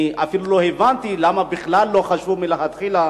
אני אפילו לא הבנתי למה בכלל לא חשבו מלכתחילה